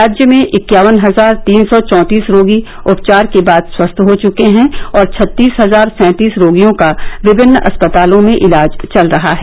राज्य में इक्यावन हजार तीन सौ चौंतीस रोगी उपचार के बाद स्वस्थ हो चुके हैं और छत्तीस हजार सैंतीस रोगियों का विभिन्न अस्पतालों में इलाज चल रहा है